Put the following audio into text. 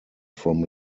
from